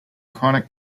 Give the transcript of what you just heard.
chronic